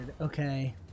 Okay